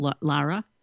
Lara